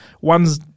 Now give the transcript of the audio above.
One's